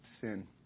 sin